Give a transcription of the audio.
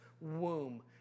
womb